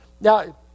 Now